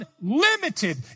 unlimited